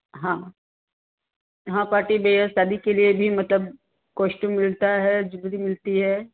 हाँ हाँ party wear शादी के लिए भी मतलब कोस्टुम मिलता है जुलरी मिलती है